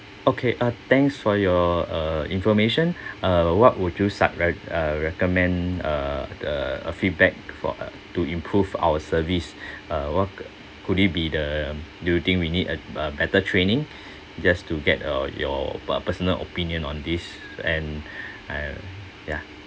okay ah thanks for your uh information uh what would you sug~ uh uh recommend uh the a feedback for uh to improve our service uh what could it be the do you think we need a a better training just to get uh your per~ personal opinion on this and and ya